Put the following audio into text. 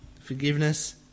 forgiveness